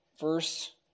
verse